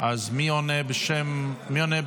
אז מי עונה בשם הממשלה?